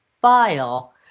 file